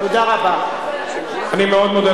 ומה עם 400,000 אחרים שלא יכולים להתחתן?